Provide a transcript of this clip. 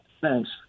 Thanks